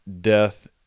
death